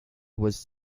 was